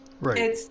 Right